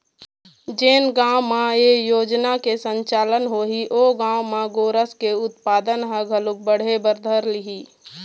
जेन गाँव म ए योजना के संचालन होही ओ गाँव म गोरस के उत्पादन ह घलोक बढ़े बर धर लिही